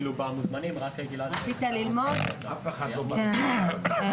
מפאת קוצר הזמן אני אעשה את זה מאוד סכמתי בתקווה שיהיה המשך לדיון הזה.